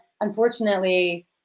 unfortunately